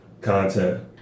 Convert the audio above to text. content